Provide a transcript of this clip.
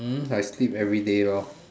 hmm I sleep everyday lor